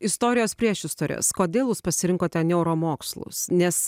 istorijos priešistorės kodėl jūs pasirinkote neuromokslus nes